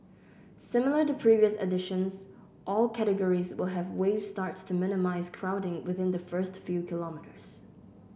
similar to previous editions all categories will have wave starts to minimise crowding within the first few kilometres